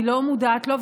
אני לא מודעת לו,